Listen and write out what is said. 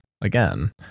again